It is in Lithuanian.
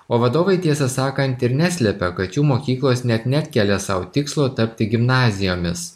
o vadovai tiesą sakant ir neslepia kad jų mokyklos net nekelia sau tikslo tapti gimnazijomis